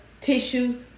tissue